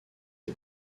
est